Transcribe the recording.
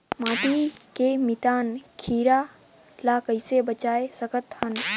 माटी के मितान कीरा ल कइसे बचाय सकत हन?